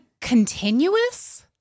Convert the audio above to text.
continuous